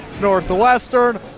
Northwestern